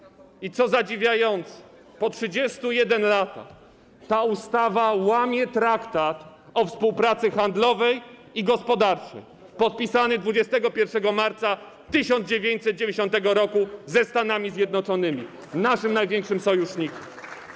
I co zadziwiające, po 31 latach ta ustawa łamie traktat o współpracy handlowej i gospodarczej podpisany 21 marca 1990 r. ze Stanami Zjednoczonymi, naszym największym sojusznikiem.